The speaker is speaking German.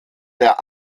der